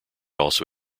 also